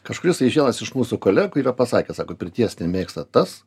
kažkurisai iš vienas iš mūsų kolegų yra pasakęs sako pirties nemėgsta tas